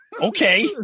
Okay